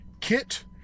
kit